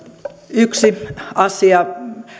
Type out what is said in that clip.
yksi asia